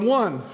one